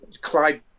Clyde